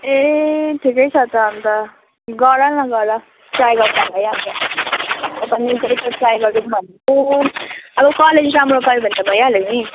ए ठिकै छ त अन्त गर न गर ट्राई गर्दा भइहाल्छ म पनि त्यही त ट्राई गरौँ भनेको अब कलेज राम्रो पायो भने त भइहाल्यो नि